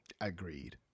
Agreed